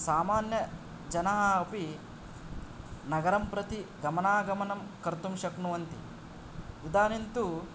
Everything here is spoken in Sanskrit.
सामान्य जनाः अपि नगरं प्रति गमनागमनं कर्तुं शक्नुवन्ति इदानीं तु